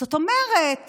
זאת אומרת